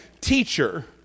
Teacher